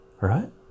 right